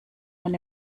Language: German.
man